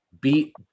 beat